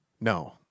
No